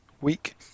week